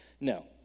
No